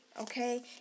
okay